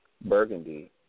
Burgundy